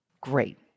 Great